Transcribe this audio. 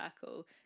circle